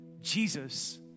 Jesus